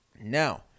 Now